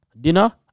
dinner